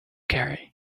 carry